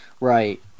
Right